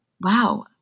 wow